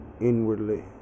Inwardly